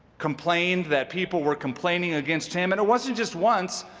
complained that people were complaining against him. and it wasn't just once,